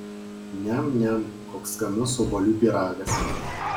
niam niam koks skanus obuolių pyragas